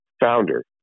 founder